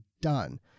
done